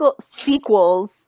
sequels